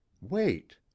Wait